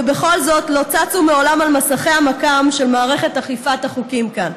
ובכל זאת לא צצו מעולם על מסכי המכ"ם של מערכת אכיפת החוקים כאן.